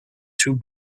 two